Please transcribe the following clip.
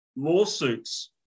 Lawsuits